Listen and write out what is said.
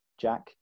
Jack